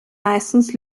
meistens